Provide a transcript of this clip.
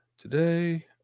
today